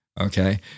Okay